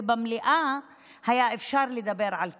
ובמליאה היה אפשר לדבר על כיבוש.